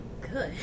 good